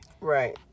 Right